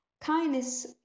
Kindness